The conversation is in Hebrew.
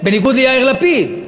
בניגוד ליאיר לפיד,